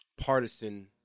partisan